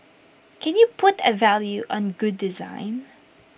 can you put A value on good design